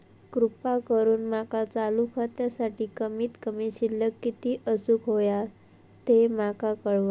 कृपा करून माका चालू खात्यासाठी कमित कमी शिल्लक किती असूक होया ते माका कळवा